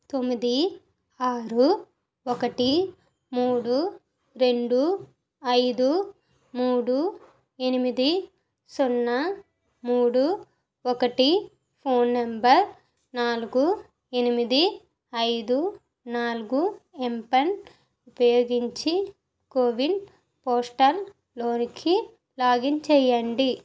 తొమ్మిది ఆరు ఒకటి మూడు రెండు ఐదు మూడు ఎనిమిది సున్నా మూడు ఒకటి ఫోన్ నెంబర్ నాలుగు ఎనిమిది ఐదు నాలుగు ఎమ్పిన్ ఉపయోగించి కోవిన్ పోర్టల్లో లాగిన్ చేయండి